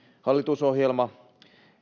hallitusohjelma